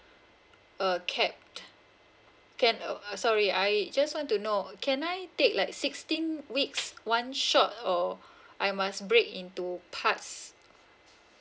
uh capped can uh uh sorry I I just want to know can I take like sixteen weeks one shot or I must break into parts